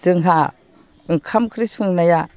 जोंहा ओंखाम ओंख्रि संनाया